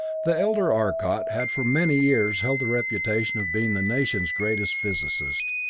the elder arcot had for many years held the reputation of being the nation's greatest physicist,